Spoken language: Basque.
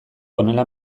honela